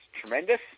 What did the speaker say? tremendous